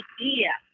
idea